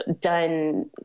done